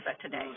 today